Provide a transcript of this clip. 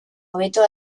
hobeto